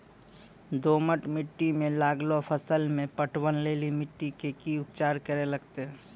दोमट मिट्टी मे लागलो फसल मे पटवन लेली मिट्टी के की उपचार करे लगते?